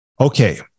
Okay